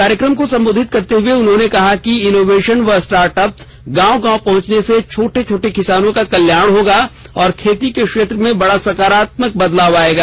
कार्यक्रम को सम्बोधित करते हुए उन्होंने कहा कि इनोवेशन व स्टार्टअप्स गांव गांव पहुंचने से छोटे किसानों का कल्याण होगा और खेती के क्षेत्र में बड़ा सकारात्मक बदलाव आएगा